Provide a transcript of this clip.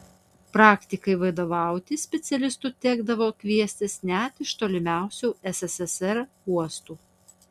praktikai vadovauti specialistų tekdavo kviestis net iš tolimiausių sssr uostų